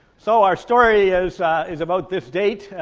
so our story is is about this date,